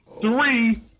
Three